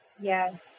Yes